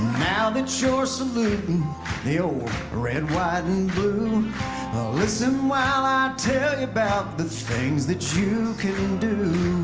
now that you're salutin' the old red white and blue listen while i tell you about the things that you can do